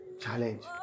challenge